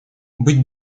быть